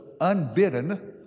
unbidden